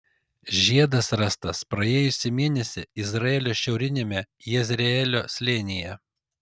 žiedas rastas praėjusį mėnesį izraelio šiauriniame jezreelio slėnyje